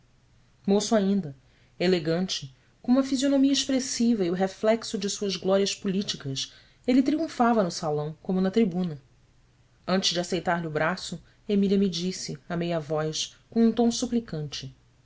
moço ainda elegante com uma fisionomia expressiva e o reflexo de suas glórias políticas ele triunfava no salão como na tribuna antes de aceitar lhe o braço emília me disse a meia voz com um tom suplicante